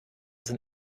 sind